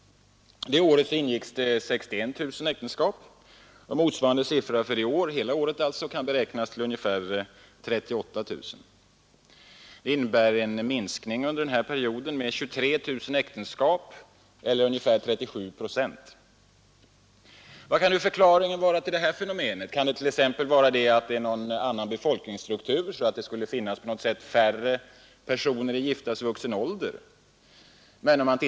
Det året ingicks 61 000 äktenskap. Motsvarande siffra för i år beräknas för hela året till 38 000. Detta innebär en minskning under denna period med 23 000 äktenskap eller ungefär 37 procent. Vad kan nu förklaringen vara till detta? Ja, den har inte med själva befolkningsstrukturen att göra. Det finns inte e medborgare i giftasvuxen ålder.